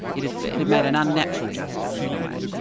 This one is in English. it it bred an unnatural justice in a way.